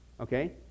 okay